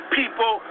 people